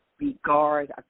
regard